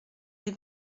les